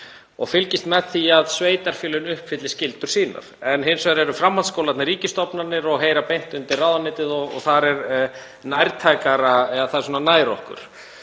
og fylgist með því að sveitarfélögin uppfylli skyldur sínar en hins vegar eru framhaldsskólarnir ríkisstofnanir og heyra beint undir ráðuneytið og það er nærtækara, eða það er nær okkur.